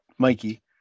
mikey